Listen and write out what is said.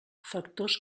factors